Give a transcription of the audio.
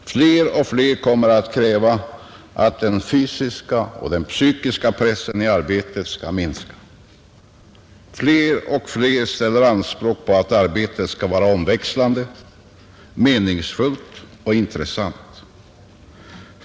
Fler och fler kommer att kräva att den fysiska och den psykiska pressen i arbetet skall minska. Fler och fler ställer anspråk på att arbetet skall vara omväxlande, meningsfullt och intressant.